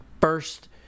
first